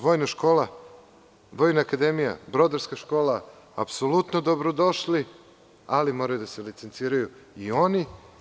Vojna akademija i Brodarska škola su apsolutno dobrodošli, ali moraju da se licenciraju i oni.